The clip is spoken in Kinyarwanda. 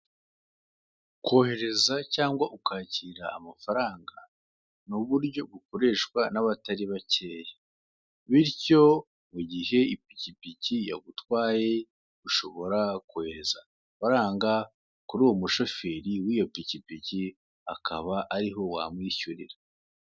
Kohereza cyangwa ukakira amafaranga ni uburyo bukoreshwa n'abatari bakeya. Bityo mugihe ipikipiki yagutwaye ushobora kohereza amafaranga kuri uwo mushoferi w'iyo pikipiki akaba ari ho wamwishyurira.